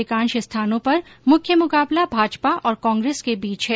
अधिकांश स्थानों पर मुख्य मुकाबला भाजपा और कांग्रेस के बीच है